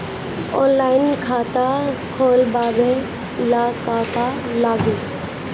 Online खाता खोलबाबे ला का का लागि?